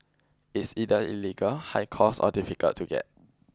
it's either illegal high cost or difficult to get